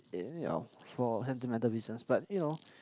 for sentimental business but you know